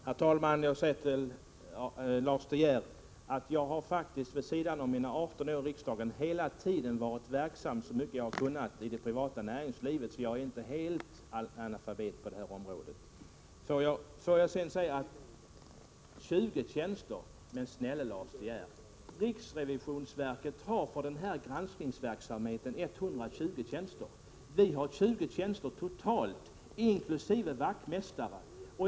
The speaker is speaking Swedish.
Herr talman! Jag vill säga till Lars De Geer: Jag har faktiskt under mina 18 år i riksdagen hela tiden varit verksam så mycket jag har kunnat i det privata näringslivet. Jag är inte alldeles helt analfabet på det området. Lars De Geer talar om 20 tjänster. Ja, men riksrevisionsverket har för granskningsverksamheten 120 tjänster, medan vi har 20 tjänster totalt, inkl. vaktmästare.